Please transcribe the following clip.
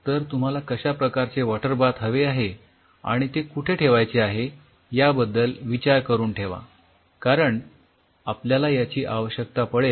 तर तुम्हाला कश्या प्रकारचे वॉटर बाथ हवे आहे आणि ते कुठे ठेवायचे आहे याबद्दल विचार करुन ठेवा कारण आपल्याला याची आवश्यकता पडेल